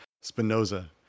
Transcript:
Spinoza